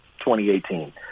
2018